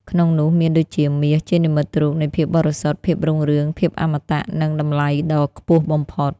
ក្នុងនោះមាន ដូចជា មាស ជានិមិត្តរូបនៃភាពបរិសុទ្ធ ភាពរុងរឿង ភាពអមតៈ និងតម្លៃដ៏ខ្ពស់បំផុត។